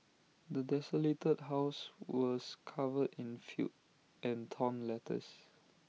the desolated house was covered in filth and torn letters